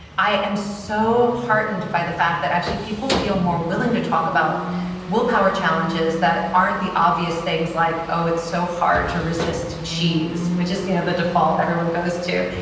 i am so heartened by the fact that actually people feel more willing to talk about willpower challenges that aren't the obvious things like, oh it's so hard to resist cheese which is the you know the default everyone goes to.